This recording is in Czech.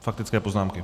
Faktické poznámky.